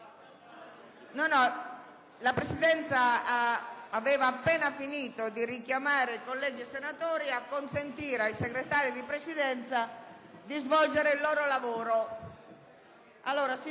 La Presidenza aveva appena finito di richiamare i colleghi senatori per consentire ai Segretari di Presidenza di svolgere il proprio lavoro.